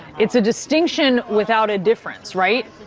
it's a distinction without a difference, right?